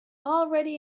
already